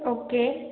okay